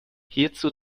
hierzu